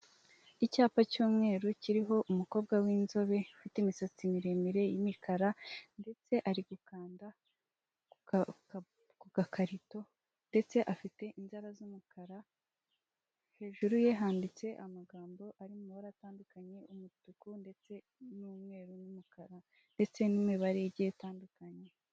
Icyapa cy'umweru kiriho umukobwa w'inzobe, ufite imisatsi miremire y'imikara ndetse ari gukanda ku gakarito, ndetse afite inzara z'umukara. Hejuru ye handitse amagambo ari mu mabara atandukanye, umutuku ndetse n'umweru, n'umukara, ndetse n'imibare igiye itandukanye